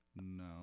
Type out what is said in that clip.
No